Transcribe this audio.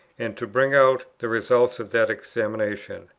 and to bring out the results of that examination.